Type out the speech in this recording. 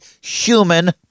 human